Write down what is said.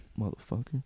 Motherfucker